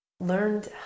learned